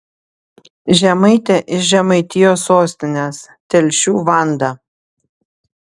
žemaitė iš žemaitijos sostinės telšių vanda